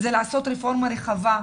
זה לעשות רפורמה רחבה.